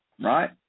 right